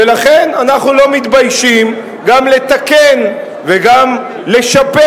ולכן אנחנו לא מתביישים גם לתקן וגם לשפר.